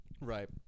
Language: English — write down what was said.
right